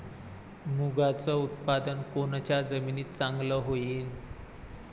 मुंगाचं उत्पादन कोनच्या जमीनीत चांगलं होईन?